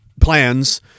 plans